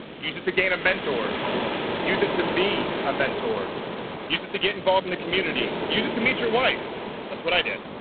use it to gain a mentor use it to be a mentor use it to get involved in the community use it to meet your wife that's what i did